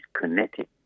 connected